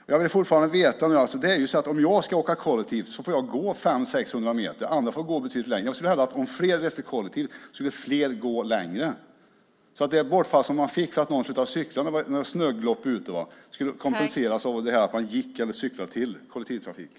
Om jag ska åka kollektivt måste jag gå 500-600 meter. Andra måste gå betydligt längre. Jag vill hävda att om fler reste kollektivt skulle fler gå längre. Det bortfall man får för att någon slutar cykla när det är snöglopp kompenseras av att man går eller cyklar till kollektivtrafiken.